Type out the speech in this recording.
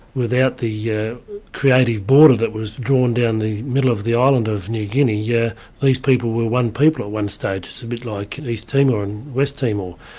without the yeah creative border that was drawn down the middle of the island of new guinea, yeah these people were one people at one stage, it's a bit like east timor and west timor.